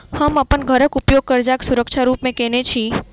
हम अप्पन घरक उपयोग करजाक सुरक्षा रूप मेँ केने छी